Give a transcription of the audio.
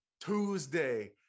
Tuesday